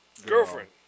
Girlfriend